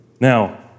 Now